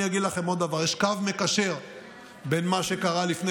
אני אגיד לכם עוד דבר: יש קו מקשר בין מה שקרה לפני